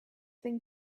thing